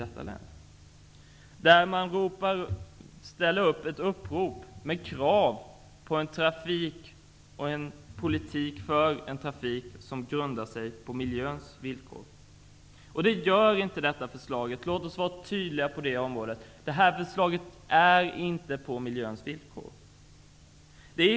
Det är ett upprop med krav på en politik för en trafik som grundar sig på miljöns villkor. Det gör inte detta förslag. Låt oss vara tydliga på det området. Det här förslaget grundar sig inte på miljöns villkor.